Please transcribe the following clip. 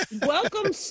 Welcome